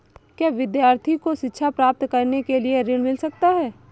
क्या विद्यार्थी को शिक्षा प्राप्त करने के लिए ऋण मिल सकता है?